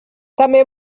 també